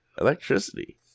Electricity